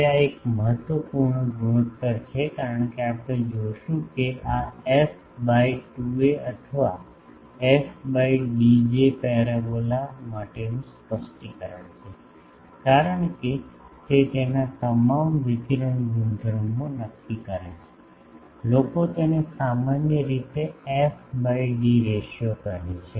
હવે આ એક મહત્વપૂર્ણ ગુણોત્તર છે કારણ કે આપણે જોશું કે આ એફ બાય 2a અથવા એફ બાય ડી જે પરબોલા માટેનું સ્પષ્ટીકરણ છે કારણ કે તે તેના તમામ વિકિરણ ગુણધર્મો નક્કી કરે છે લોકો તેને સામાન્ય રીતે એફ બાય ડી રેશિયો કહે છે